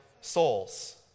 souls